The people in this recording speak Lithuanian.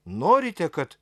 norite kad